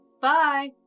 bye